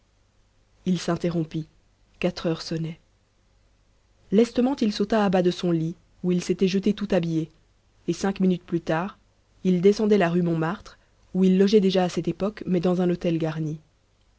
il s'interrompit quatre heures sonnaient lestement il sauta à bas de son lit où il s'était jeté tout habillé et cinq minutes plus tard il descendait la rue montmartre où il logeait déjà à cette époque mais dans un hôtel garni